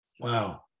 Wow